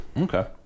Okay